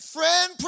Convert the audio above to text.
Friend